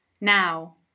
Now